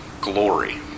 glory